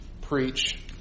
preach